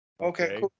okay